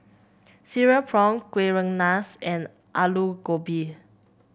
Cereal Prawns Kuih Rengas and Aloo Gobi